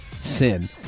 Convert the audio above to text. sin